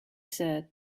said